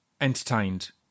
entertained